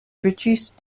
produce